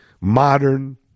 modern